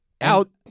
out